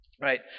right